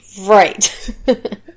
Right